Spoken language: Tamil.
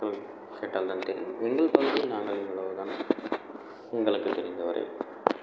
மக்கள் கேட்டால்தான் தெரியும் எங்கள் பகுதியில் நாங்கள் இவ்வளோதான் எங்களுக்கு தெரிந்த வரை